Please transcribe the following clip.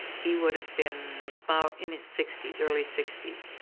he would have been about in his sixty s, early sixty s.